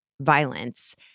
violence